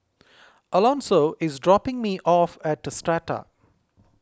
Alonso is dropping me off at Strata